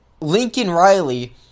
Lincoln-Riley